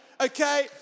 okay